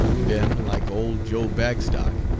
ben, like old joe bagstock,